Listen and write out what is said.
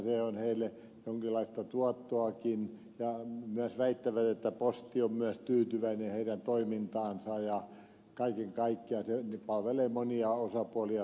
se on heille jonkinlaista tuottoakin ja he myös väittävät että posti on myös tyytyväinen heidän toimintaansa ja kaiken kaikkiaan he palvelevat monia osapuolia hyvin silloin